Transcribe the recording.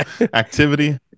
activity